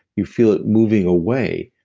you feel it moving away.